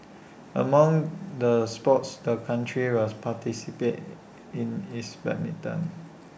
among the sports the country will participate in is badminton